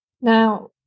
Now